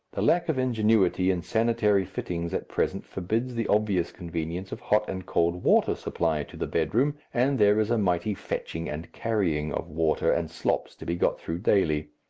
the lack of ingenuity in sanitary fittings at present forbids the obvious convenience of hot and cold water supply to the bedroom, and there is a mighty fetching and carrying of water and slops to be got through daily.